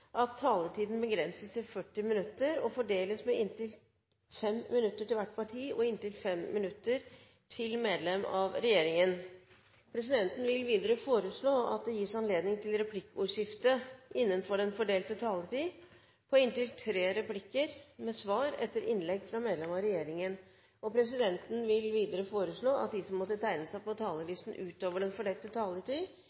at taletiden begrenses til 40 minutter og fordeles med inntil 5 minutter til hvert parti og inntil 5 minutter til medlem av regjeringen. Presidenten vil videre foreslå at det gis anledning til replikkordskifte på inntil tre replikker med svar etter innlegg fra medlem av regjeringen innenfor den fordelte taletid. Presidenten vil videre foreslå at de som måtte tegne seg på